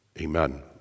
amen